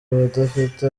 abadafite